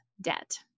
debt